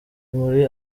muri